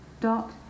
dot